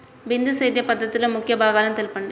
బిందు సేద్య పద్ధతిలో ముఖ్య భాగాలను తెలుపండి?